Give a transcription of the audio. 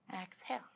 Exhale